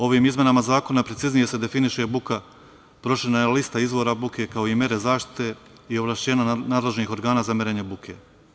Ovim izmenama zakona preciznije se definiše buka, proširena je lista izvora buke, kao i mere zaštite i ovlašćenja nadležnih organa za merenje buke.